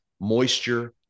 moisture